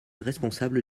responsable